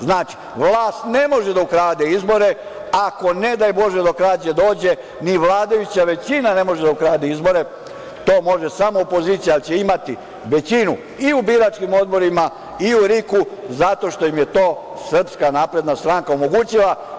Znači, vlast ne može da ukrade izbore, a ako ne daj Bože do krađe dođe, ni vladajuća većina ne može da ukrade izbore, to može samo opozicija, jer će imati većinu i u biračkim odborima i u RIK-u zato što im je to Srpska napredna stranka omogućila.